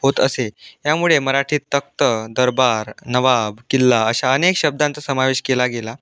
होत असे यामुळे मराठीत तक्थ दरबार नवाब किल्ला अशा अनेक शब्दांचा समावेश केला गेला